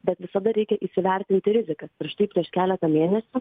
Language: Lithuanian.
bet visada reikia įsivertinti rizikas ir štai prieš keletą mėnesių